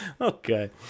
Okay